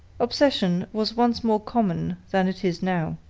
obsession was once more common than it is now.